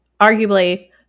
arguably